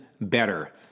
better